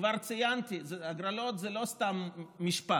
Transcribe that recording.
כבר ציינתי, הגרלות זה לא סתם משפט.